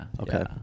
Okay